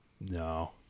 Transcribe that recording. No